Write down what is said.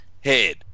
head